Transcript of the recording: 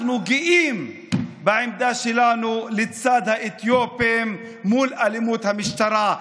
אנחנו גאים בעמדה שלנו לצד האתיופים מול אלימות המשטרה,